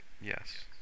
Yes